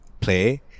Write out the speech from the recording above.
Play